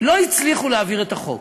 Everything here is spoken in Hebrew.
ולא הצליחו להעביר את החוק.